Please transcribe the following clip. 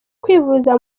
kwivuza